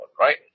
right